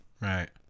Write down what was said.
Right